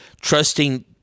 trusting